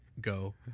go